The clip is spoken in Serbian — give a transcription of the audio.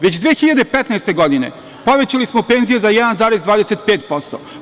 Već 2015. godine povećali smo penzije za 1,25%